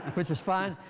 which is fine.